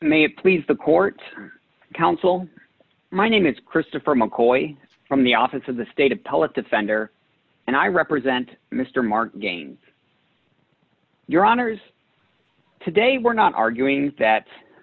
it please the court counsel my name is christopher mccoy from the office of the state of public defender and i represent mr mark again your honor is today we're not arguing that